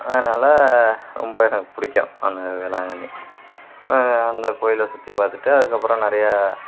அதனால் ரொம்ப எனக்கு பிடிக்கும் அந்த வேளாங்கண்ணி அந்த கோவில்ல சுற்றி பார்த்துட்டு அதுக்கு அப்புறம் நிறையா